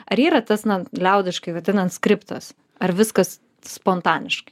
ar yra tas na liaudiškai vadinant skriptas ar viskas spontaniškai